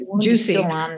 Juicy